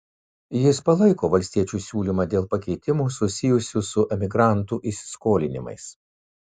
jis palaiko valstiečių siūlymą dėl pakeitimų susijusių su emigrantų įsiskolinimais